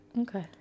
Okay